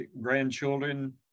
grandchildren